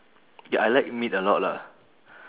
ya I like meat a lot lah